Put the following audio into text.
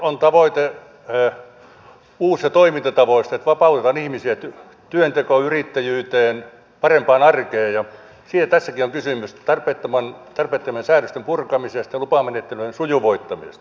hallitusohjelmassahan on tavoite uusista toimintatavoista että vapautetaan ihmisiä työntekoon yrittäjyyteen parempaan arkeen ja siitä tässäkin on kysymys tarpeettomien säädösten purkamisesta ja lupamenettelyjen sujuvoittamisesta